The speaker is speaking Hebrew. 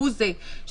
הוא זה שיכריע.